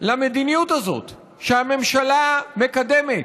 למדיניות הזאת שהממשלה מקדמת,